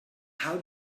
how